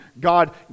God